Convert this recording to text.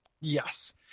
Yes